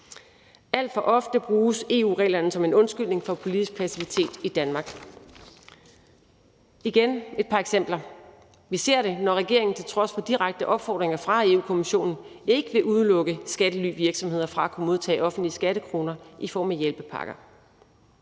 Alt for ofte bruges EU-reglerne som en undskyldning for politisk passivitet i Danmark. Kl. 17:03 Igen vil jeg komme med et par eksempler. Vi ser det, når regeringen til trods for direkte opfordringer fra Europa-Kommissionen ikke vil udelukke skattelyvirksomheder fra at kunne modtage offentlige skattekroner i form af hjælpepakker.